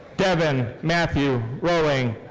devin matthew roling.